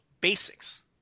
basics